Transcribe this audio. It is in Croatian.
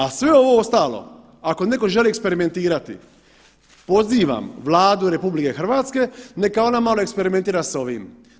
A sve ovo ostalo, ako netko želi eksperimentirati, pozivam Vladu RH neka ona malo eksperimentira s ovim.